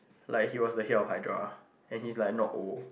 like he was the head of hydra and he's like not old